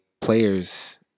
players